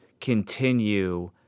continue